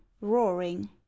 Roaring